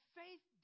faith